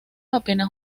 apenas